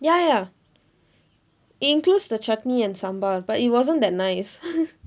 ya ya it includes the chutney and sambar but it wasn't that nice